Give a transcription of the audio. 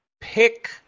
Pick